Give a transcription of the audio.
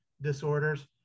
disorders